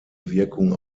wirkung